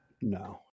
no